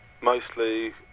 mostly